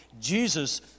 Jesus